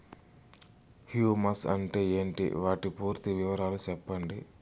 Humus అంటే ఏంటి? వాటి పూర్తి వివరాలు సెప్పండి?